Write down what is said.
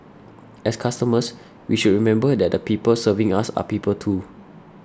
as customers we should remember that the people serving us are people too